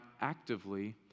actively